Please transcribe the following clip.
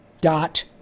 Dot